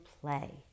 play